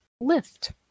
lift